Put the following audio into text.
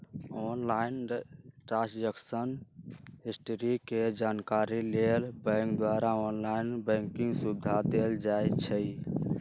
online transaction history के जानकारी लेल बैंक द्वारा ऑनलाइन बैंकिंग सुविधा देल जाइ छइ